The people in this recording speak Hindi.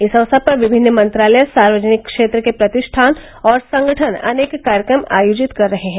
इस अवसर पर विमिन्न मंत्रालय सार्वजनिक क्षेत्र के प्रतिष्ठान और संगठन अनेक कार्यक्रम आयोजित कर रहे हैं